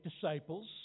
disciples